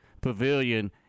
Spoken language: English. Pavilion